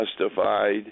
justified